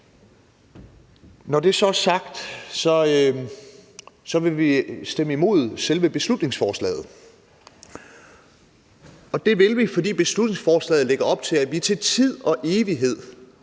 Når det så er sagt, vil vi stemme imod selve beslutningsforslaget. Det vil vi, fordi beslutningsforslaget lægger op til, at vi for tid og evighed,